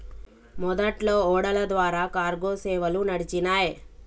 మొదట్లో ఓడల ద్వారా కార్గో సేవలు నడిచినాయ్